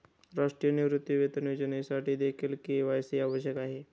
राष्ट्रीय निवृत्तीवेतन योजनेसाठीदेखील के.वाय.सी आवश्यक आहे